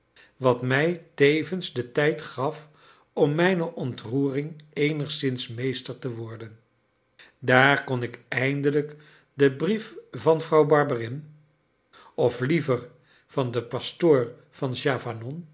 wat mij tevens den tijd gaf om mijne ontroering eenigszins meester te worden daar kon ik eindelijk den brief van vrouw barberin of liever van den pastoor van